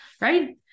right